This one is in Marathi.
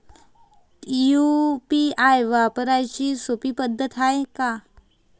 यू.पी.आय वापराची सोपी पद्धत हाय का?